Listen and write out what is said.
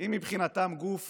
היא מבחינתם גוף